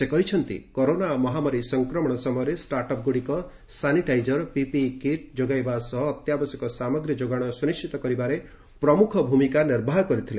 ସେ କହିଛନ୍ତି କରୋନା ମହାମାରୀ ସଂକ୍ରମଣ ସମୟରେ ଷ୍ଟାର୍ଟ୍ଅପ୍ ଗୁଡ଼ିକ ସାନିଟାଇଜର ପିପିଇ କିଟ୍ ଯୋଗାଇବା ସହ ଅତ୍ୟାବଶ୍ୟକ ସାମଗ୍ରୀ ଯୋଗାଣ ସୁନିଣ୍ଟିତ କରିବାରେ ପ୍ରମୁଖ ଭୂମିକା ନିର୍ବାହ କରିଥିଲେ